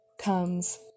comes